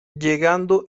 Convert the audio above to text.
llegando